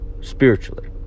spiritually